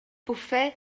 bwffe